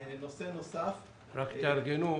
רק תארגנו הגנה,